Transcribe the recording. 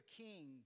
king